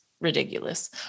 ridiculous